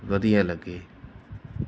ਵਧੀਆ ਲੱਗੇ